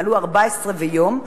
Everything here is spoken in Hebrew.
מלאו 14 ויום,